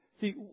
See